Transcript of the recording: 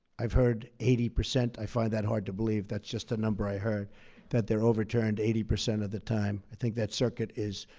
i've heard eighty percent i find that hard to believe that's just a number i heard that they're overturned eighty percent of the time. i think that circuit is